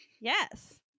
yes